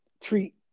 treat